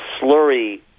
slurry